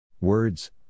Words